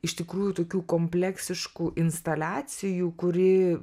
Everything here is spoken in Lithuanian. iš tikrųjų tokių kompleksiškų instaliacijų kuri